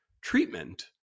treatment